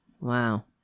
Wow